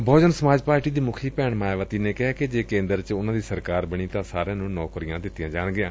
Bahujan Samaj party ਦੀ ਮੁਖੀ ਭੈਣ ਮਾਇਆਵਤੀ ਨੇ ਕਿਹੈ ਕਿ ਜੇ ਕੇਦਰ ਚ ਉਨਾ ਦੀ ਸਰਕਾਰ ਬਣੀ ਤਾ ਸਾਰਿਆਂ ਨੂੰ ਨੌਕਰੀਆਂ ਦਿੱਤੀਆਂ ਜਾਣਗੀਆਂ